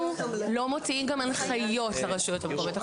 אנחנו גם לא מוציאים הנחיות לרשויות המקומיות,